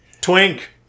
Twink